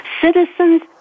Citizens